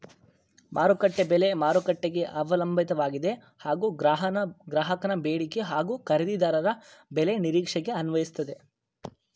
ಮಾರುಕಟ್ಟೆ ಬೆಲೆ ಮಾರುಕಟ್ಟೆಗೆ ಅವಲಂಬಿತವಾಗಿದೆ ಹಾಗೂ ಗ್ರಾಹಕನ ಬೇಡಿಕೆ ಹಾಗೂ ಖರೀದಿದಾರರ ಬೆಲೆ ನಿರೀಕ್ಷೆಗೆ ಅನ್ವಯಿಸ್ತದೆ